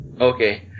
Okay